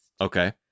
okay